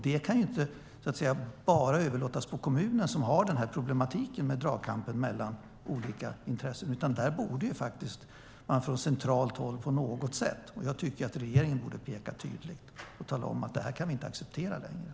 Det kan inte bara överlåtas på kommuner som har problematiken med dragkampen mellan olika intressen. Där borde man från centralt håll på något sätt agera. Jag tycker att regeringen borde vara tydlig och tala om att det här inte kan accepteras.